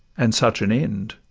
and such an end!